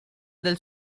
del